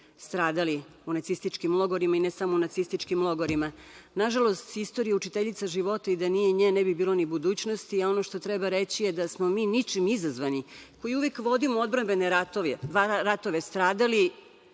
stradali u nacističkim logorima i ne samo u nacističkim logorima. Nažalost, istorija učiteljica života i da nije nje ne bi bilo ni budućnosti, a ono što treba reći je, da smo mi ničim izazvani, koji uvek vodimo odbrambene ratove, stradali,